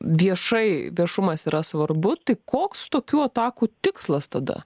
viešai viešumas yra svarbu tai koks tokių atakų tikslas tada